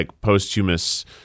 posthumous